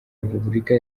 repubulika